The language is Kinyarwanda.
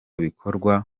bikorwa